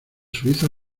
suiza